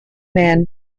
man